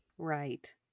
right